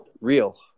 real